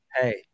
Hey